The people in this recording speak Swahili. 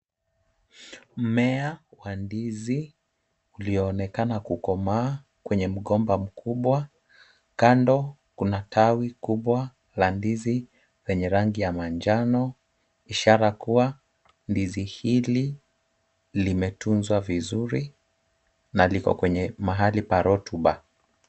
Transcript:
Mmea wa ndizi ulioonekana kukomaa kwenye mgomba mkubwa. Kando kuna tawi kubwa la ndizi lenye rangi ya manjano ishara kuwa ndizi hili limetunzwa vizuri na liko kwenye mahali pa rotuba.